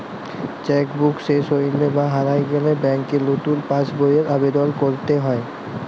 cheque book শেস হৈলে বা হারায় গেলে ব্যাংকে লতুন পাস বইয়ের আবেদল কইরতে হ্যয়